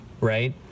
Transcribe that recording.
right